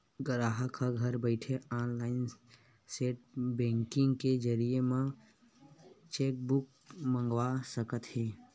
गराहक ह घर बइठे ऑनलाईन नेट बेंकिंग के जरिए म चेकबूक मंगवा सकत हे